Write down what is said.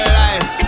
life